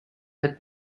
had